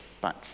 back